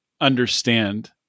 understand